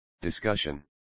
discussion